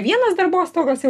vienos darbostogas jau